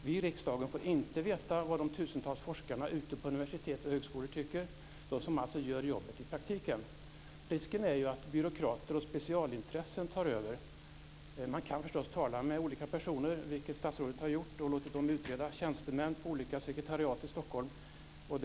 Vi i riksdagen får inte veta vad de tusentals forskarna ute på universitet och högskolor tycker, dvs. de som gör jobbet i praktiken. Risken är att byråkrater och specialintressen tar över. Man kan förstås tala med olika personer, vilket statsrådet har gjort, och låta tjänstemän på olika sekretariat i Stockholm utreda.